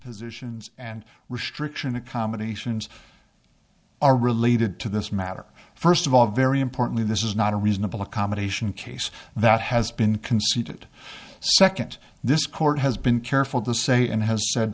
positions and restriction accommodations are related to this matter first of all very importantly this is not a reasonable accommodation case that has been conceded second this court has been careful to say and has